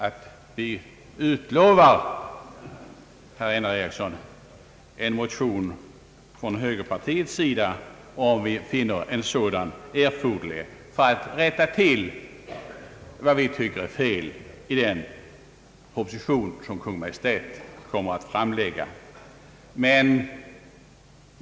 Vi utlovar, herr Einar Eriksson, en motion från högerpartiet om vi finner en sådan erforderlig för att rätta till vad vi anser vara fel i den proposition som Kungl. Maj:t kommer att framlägga.